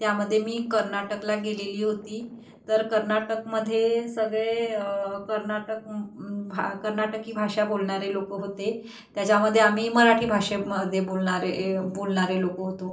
त्यामध्ये मी कर्नाटकला गेलेली होती तर कर्नाटकमध्ये सगळे कर्नाटक भा कर्नाटकी भाषा बोलणारे लोकं होते त्याच्यामध्ये आम्ही मराठी भाषेमध्ये बोलणारे बोलणारे लोकं होतो